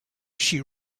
she